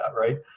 right